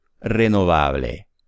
Renovable